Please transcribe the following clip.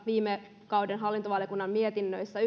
viime kauden hallintovaliokunnan mietinnöissä